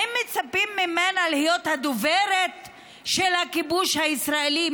האם מצפים ממנה להיות הדוברת של הכיבוש הישראלי?